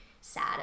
sad